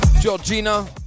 Georgina